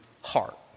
heart